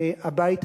הבית היהודי,